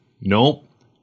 Nope